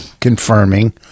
confirming